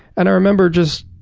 and i remember just